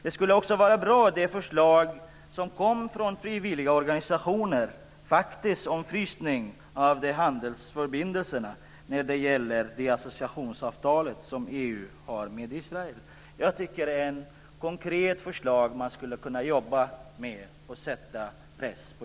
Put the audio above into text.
Det skulle också vara bra om man genomförde det förslag som har kommit från frivilligorganisationer om frysning av handelsförbindelserna när det gäller associationsavtalet mellan EU och Israel. Jag tycker att detta är ett konkret förslag som man skulle kunna jobba med och sätta press på